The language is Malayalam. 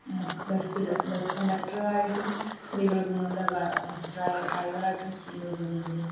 ബസ്സിൽ ബസ് കണ്ടക്റ്റർ ആയിട്ടും സ്ത്രീകൾ പോവുന്നുണ്ട് ഡ്രൈ ഡ്രൈവർ ആയിട്ടും സ്ത്രീകൾ പോവുന്നുണ്ട്